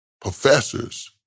professors